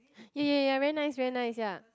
ya ya ya very nice very nice ya